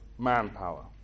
manpower